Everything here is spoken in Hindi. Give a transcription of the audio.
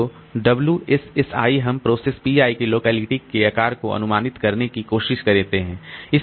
तो WSSi हम प्रोसेस Pi के लोकेलिटी के आकार को अनुमानित करने की कोशिश करते हैं